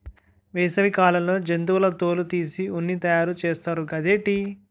వేసవి కాలంలో జంతువుల తోలు తీసి ఉన్ని తయారు చేస్తారు గదేటి